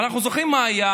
אבל אנחנו זוכרים מה היה